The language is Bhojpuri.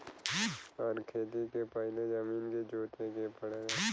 हर खेती के पहिले जमीन के जोते के पड़ला